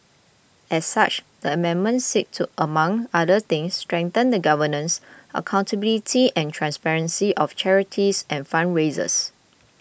as such the amendments seek to among other things strengthen the governance accountability and transparency of charities and fundraisers